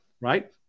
right